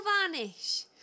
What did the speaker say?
varnish